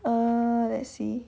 err let's see